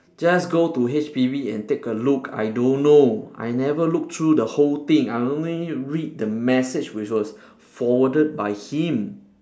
just go to H_P_B and take a look I don't know I never look through the whole thing I only read the message which was forwarded by him